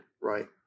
Right